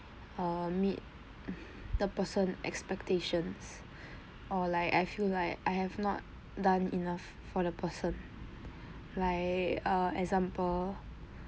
uh meet the person expectations or like I feel like I have not done enough for the person like err example